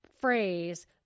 phrase